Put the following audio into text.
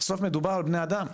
בסוף מדובר בבני אדם.